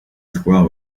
squirrel